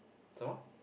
some more